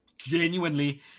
genuinely